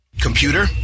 Computer